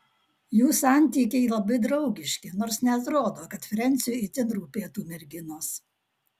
jų santykiai labai draugiški nors neatrodo kad frensiui itin rūpėtų merginos